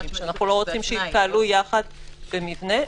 שאנחנו לא רוצים שיתקהלו יחד במבנה.